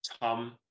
Tom